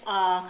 uh